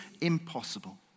impossible